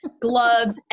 gloves